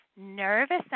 nervous